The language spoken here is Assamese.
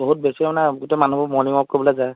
বহুত বেছিও নাই গোটেই মানুহবোৰ মৰ্ণিং ৱাক কৰিবলৈ যায়